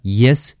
yes